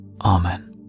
Amen